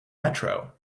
metro